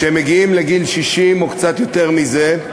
כשהם מגיעים לגיל 60 או קצת יותר מזה,